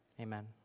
Amen